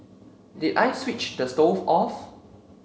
did I switch the stove off